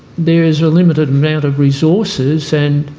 there is a limited amount of resources and